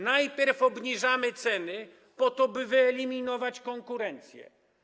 Najpierw obniżamy ceny po to, by wyeliminować konkurencję.